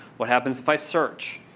what happens if i search?